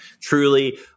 truly